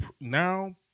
now